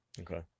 Okay